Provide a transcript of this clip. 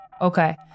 okay